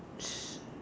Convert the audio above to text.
sh~